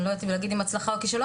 אני לא יודעת להגיד אם הצלחה או כשלון,